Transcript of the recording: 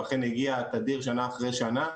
ואכן הגיע תדיר שנה אחרי שנה,